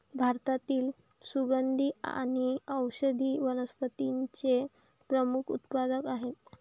भारतातील सुगंधी आणि औषधी वनस्पतींचे प्रमुख उत्पादक आहेत